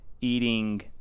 eating